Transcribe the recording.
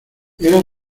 era